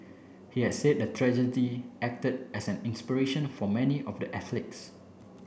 he has said the tragedy acted as an inspiration for many of the athletes